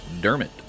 Dermot